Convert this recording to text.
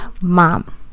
Mom